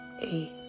eight